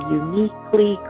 uniquely